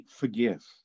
forgive